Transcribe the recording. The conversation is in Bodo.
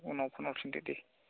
उनाव फन हरफिनदो दे